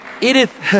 Edith